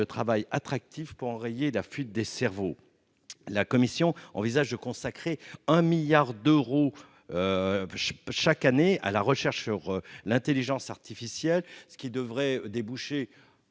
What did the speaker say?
travail attractif pour enrayer la fuite des cerveaux. La Commission européenne envisage de consacrer chaque année 1 milliard d'euros à la recherche sur l'intelligence artificielle, ce qui devrait déboucher,